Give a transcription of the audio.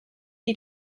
die